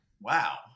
Wow